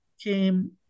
came